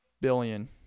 billion